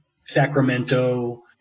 Sacramento